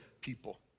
people